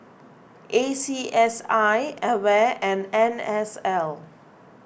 A C S I Aware and N S L